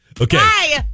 Okay